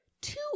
two